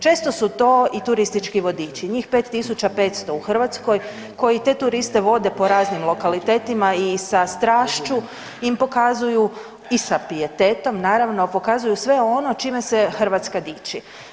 Često su to i turistički vodiči, njih 5500 u Hrvatskoj koji te turiste vode po raznim lokalitetima i sa strašću im pokazuju i sa pijetetom naravno, pokazuju sve ono čime se Hrvatska diči.